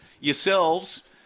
Yourselves